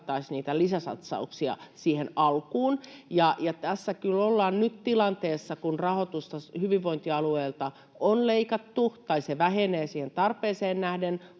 niitä lisäsatsauksia siihen alkuun. Tässä kyllä ollaan nyt tilanteessa, kun rahoitusta hyvinvointialueilta on leikattu, tai se vähenee siihen tarpeeseen nähden